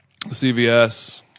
CVS